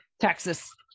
Texas